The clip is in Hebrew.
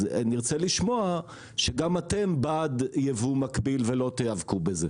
אז נרצה לשמוע שגם אתם בעד ייבוא מקביל ולא תיאבקו בזה?